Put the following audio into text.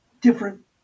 different